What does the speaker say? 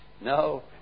No